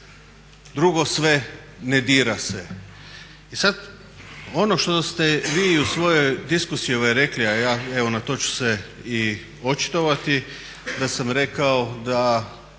Drugo, sve ne dira se i sad ono što ste vi u svojoj diskusiji rekli, a ja evo na to ću se i očitovati da sam rekao da